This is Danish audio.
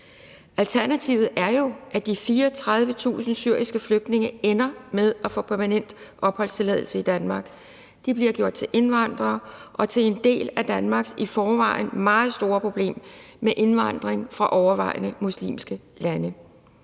Alternativet er jo, at de 34.000 syriske flygtninge ender med at få permanent opholdstilladelse i Danmark. De bliver gjort til indvandrere og til en del af Danmarks i forvejen meget store problem med indvandring fra overvejende muslimske lande.